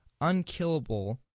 unkillable